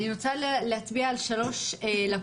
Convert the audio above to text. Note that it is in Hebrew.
אני רוצה להצביע על 3 לקונות,